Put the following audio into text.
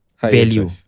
Value